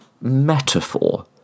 metaphor